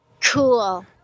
Cool